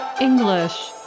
English